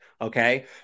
Okay